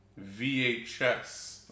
VHS